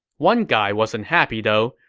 one guy wasn't happy though.